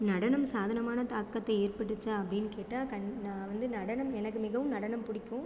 நடனம் சாதனமான தாக்கத்தை ஏற்படுத்திச்சா அப்படின்னு கேட்டால் நான் வந்து நடனம் எனக்கு மிகவும் நடனம் பிடிக்கும்